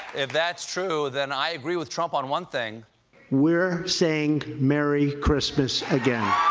that's true, then i agree with trump on one thing we're saying merry christmas again.